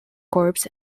corps